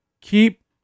keep